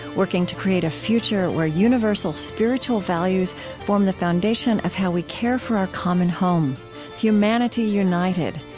working to create a future where universal spiritual values form the foundation of how we care for our common home humanity united,